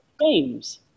games